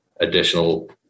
additional